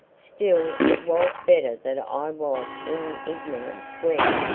still it was better that i was in ignorance when,